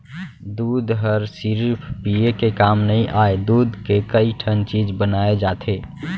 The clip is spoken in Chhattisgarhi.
दूद हर सिरिफ पिये के काम नइ आय, दूद के कइ ठन चीज बनाए जाथे